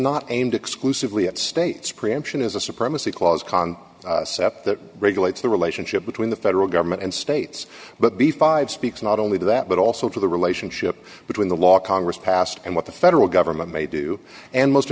not aimed exclusively at states preemption is a supremacy clause con cept that regulates the relationship between the federal government and states but the five speaks not only that but also to the relationship between the law congress passed and what the federal government may do and most